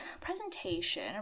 presentation